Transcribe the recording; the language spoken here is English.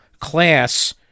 class